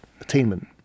attainment